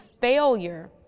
failure